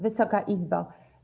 Wysoka Izbo!